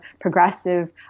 progressive